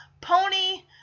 Pony